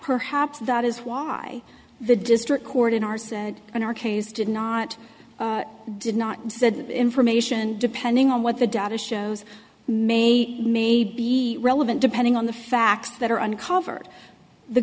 perhaps that is why the district court in our said on our case did not did not said information depending on what the data shows may may be relevant depending on the facts that are uncovered the